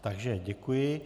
Takže děkuji.